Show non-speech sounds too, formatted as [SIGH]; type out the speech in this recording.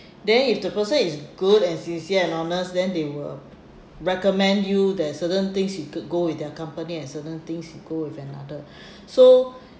[BREATH] then if the person is good and sincere and honest then they will recommend you there's certain things you could go with their company and certain things you go with another [BREATH] so [BREATH]